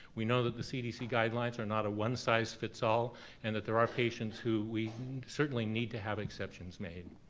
we know that the cdc guidelines are not a one-size-fits-all, and that there are patients who we certainly need to have exceptions made.